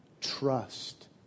trust